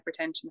hypertension